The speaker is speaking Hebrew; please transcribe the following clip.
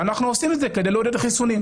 ואנחנו עושים את זה כדי להוריד חיסונים.